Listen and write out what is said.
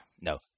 No